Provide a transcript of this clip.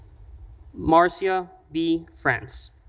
marcia b. france.